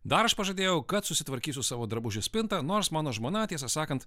dar aš pažadėjau kad susitvarkysiu su savo drabužių spintą nors mano žmona tiesą sakant